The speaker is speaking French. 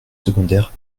secondaire